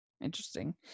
Interesting